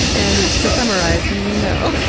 and to summarize, no.